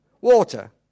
Water